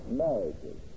marriages